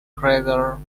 crater